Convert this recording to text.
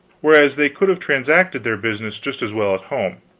whereas they could have transacted their business just as well at home.